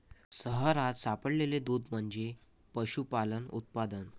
शहरात सापडलेले दूध म्हणजे पशुपालन उत्पादन